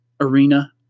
arena